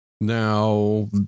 now